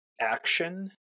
action